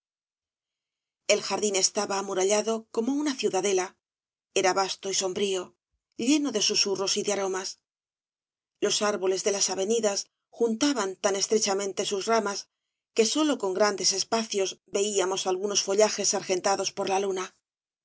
el jardín estaba amurallado como una ciucadela era vasto y sombrío lleno de sususs obras de valle inclan rros y de aromas los árboles de las avenidas juntaban tan estrechamente sus ramas que sólo con grandes espacios veíamos algunos follajes argentados por la luna